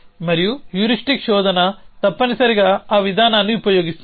మరియు హ్యూరిస్టిక్ శోధన తప్పనిసరిగా ఆ విధానాన్ని ఉపయోగిస్తుంది